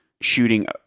shooting